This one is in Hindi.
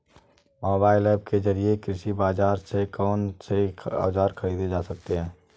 मोबाइल ऐप के जरिए कृषि बाजार से कौन से औजार ख़रीदे जा सकते हैं?